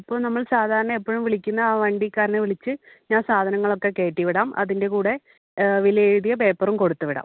ഇപ്പോൾ നമ്മൾ സാധാരണ എപ്പഴും വിളിക്കുന്ന ആ വണ്ടിക്കാരനെ വിളിച്ച് ഞാൻ സാധനങ്ങളൊക്കെ കേറ്റി വിടാം അതിൻ്റെ കൂടെ വിലയെഴുതിയ പേപ്പറും കൊടുത്ത് വിടാം